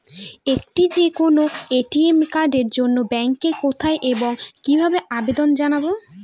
একটি যে কোনো এ.টি.এম কার্ডের জন্য ব্যাংকে কোথায় এবং কিভাবে আবেদন জানাব?